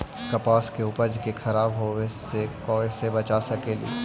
कपास के उपज के खराब होने से कैसे बचा सकेली?